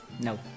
No